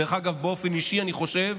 דרך אגב, באופן אישי, אני חושב